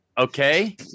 Okay